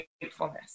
gratefulness